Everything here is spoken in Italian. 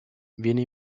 viene